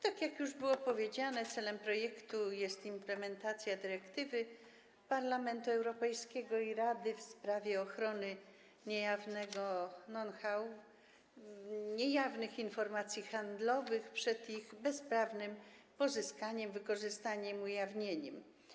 Tak jak już było powiedziane, celem projektu jest implementacja dyrektywy Parlamentu Europejskiego i Rady w sprawie ochrony niejawnego know-how, niejawnych informacji handlowych przed ich bezprawnym pozyskaniem, wykorzystaniem, ujawnieniem.